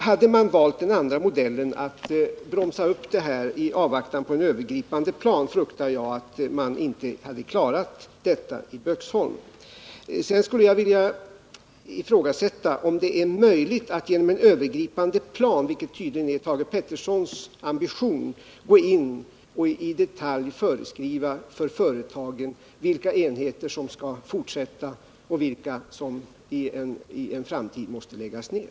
Hade man valt den andra modellen, nämligen att bromsa upp i avvaktan på en övergripande plan, fruktar jag att detta inte hade lyckats i Böksholm. Sedan vill jag ifrågasätta om det är möjligt att genom en övergripande plan, vilket tydligen är Thage Petersons ambition, gå in och i detalj föreskriva för företagen vilka enheter som skall fortsätta och vilka som i en framtid skall läggas ned.